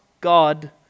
God